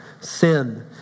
sin